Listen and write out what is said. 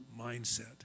mindset